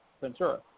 Ventura